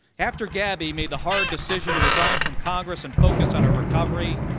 after gabby made the hard decision to resign from congress and focus on her recovery,